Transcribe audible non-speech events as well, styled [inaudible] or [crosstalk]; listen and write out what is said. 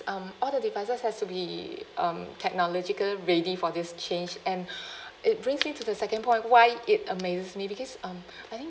um all the devices has to be um technological ready for this change and [breath] it brings me to the second point why it amazes me because um [breath] I think